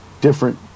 different